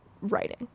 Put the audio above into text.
writing